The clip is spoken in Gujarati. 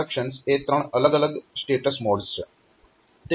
તો આ ત્રણ ઇન્સ્ટ્રક્શન્સ એ ત્રણ અલગ અલગ સ્ટેટસ મોડ્સ છે